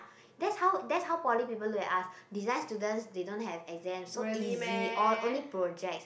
that's how that's how poly people look at us design students they don't have exams so easy oh only projects